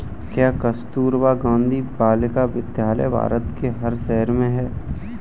क्या कस्तूरबा गांधी बालिका विद्यालय भारत के हर शहर में है?